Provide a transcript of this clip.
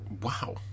wow